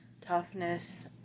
toughness